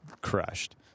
crushed